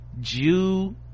Jew